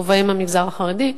ובהם המגזר החרדי.